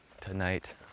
Tonight